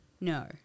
no